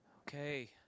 Okay